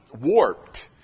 warped